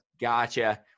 Gotcha